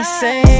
say